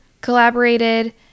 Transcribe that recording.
collaborated